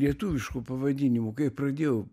lietuviškų pavadinimų kai pradėjau